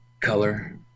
color